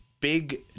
big